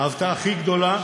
ההפתעה הכי גדולה